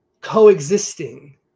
coexisting